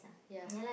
ya